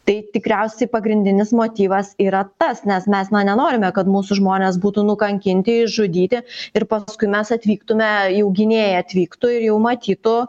tai tikriausiai pagrindinis motyvas yra tas nes mes na nenorime kad mūsų žmonės būtų nukankinti išžudyti ir paskui mes atvyktume jau gynėjai atvyktų ir jau matytų